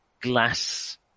glass